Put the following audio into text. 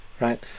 right